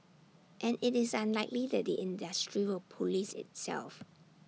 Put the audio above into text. and IT is unlikely that the industry will Police itself